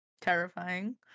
terrifying